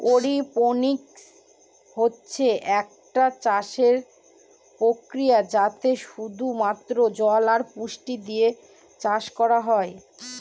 অরপনিক্স হচ্ছে একটা চাষের প্রক্রিয়া যাতে শুধু মাত্র জল আর পুষ্টি দিয়ে চাষ করা হয়